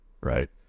right